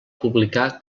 publicar